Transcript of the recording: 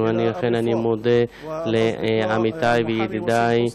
וכן אני מודה לעמיתי וידידי: